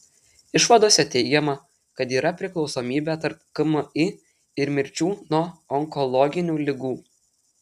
išvadose teigiama kad yra priklausomybė tarp kmi ir mirčių nuo onkologinių ligų